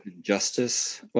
justice